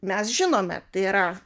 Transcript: mes žinome tai yra